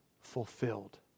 fulfilled